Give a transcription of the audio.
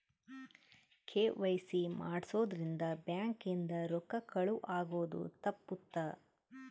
KYC ಮಾಡ್ಸೊದ್ ರಿಂದ bank ಇಂದ ರೊಕ್ಕ ಕಳುವ್ ಆಗೋದು ತಪ್ಪುತ್ತ